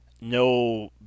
no